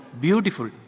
beautiful